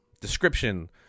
description